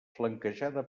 flanquejada